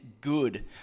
good